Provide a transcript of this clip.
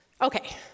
Okay